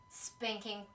spanking